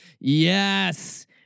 Yes